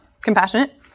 Compassionate